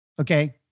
Okay